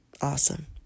Awesome